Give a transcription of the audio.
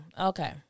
Okay